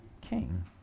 king